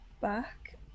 back